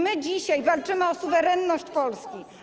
My dzisiaj walczymy o suwerenność Polski.